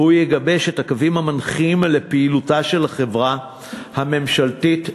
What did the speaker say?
והוא יגבש את הקווים המנחים לפעילותה של החברה הממשלתית לדיור,